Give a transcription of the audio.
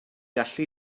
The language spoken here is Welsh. allu